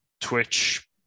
Twitch